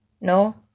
No